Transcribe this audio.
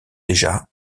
déjà